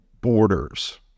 borders